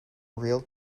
real